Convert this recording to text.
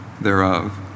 thereof